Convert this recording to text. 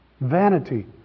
Vanity